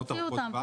אז תוציא אותם.